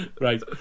right